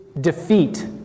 defeat